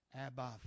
Abba